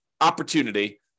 opportunity